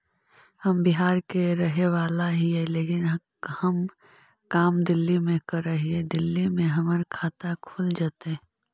हम बिहार के रहेवाला हिय लेकिन हम काम दिल्ली में कर हिय, दिल्ली में हमर खाता खुल जैतै?